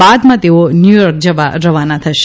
બાદમાં તેઓ ન્યુયોર્ક જવા રવાના થશે